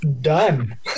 done